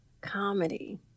comedy